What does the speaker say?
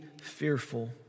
fearful